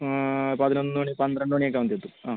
പതിനൊന്ന് മണി പന്ത്രണ്ട് മണി ഒക്കെ ആകുമ്പത്തെക്കും എത്തും